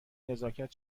نزاکت